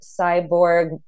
cyborg